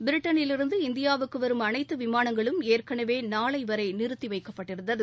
பிரிட்டனிலிருந்து இந்தியாவுக்கு வரும் அனைத்து விமானங்களும் ஏற்கனவே நாளை வரை நிறுத்தி வைக்கப்பட்டிருந்தது